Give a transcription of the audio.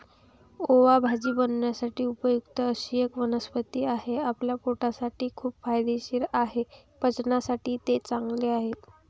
ओवा भाजी बनवण्यासाठी उपयुक्त अशी एक वनस्पती आहे, आपल्या पोटासाठी खूप फायदेशीर आहे, पचनासाठी ते चांगले आहे